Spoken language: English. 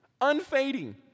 unfading